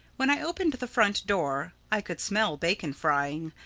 when i opened the front door i could smell bacon frying,